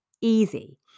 easy